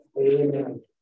Amen